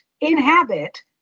inhabit